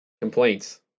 complaints